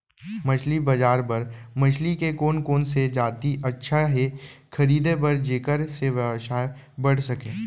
मछली बजार बर मछली के कोन कोन से जाति अच्छा हे खरीदे बर जेकर से व्यवसाय बढ़ सके?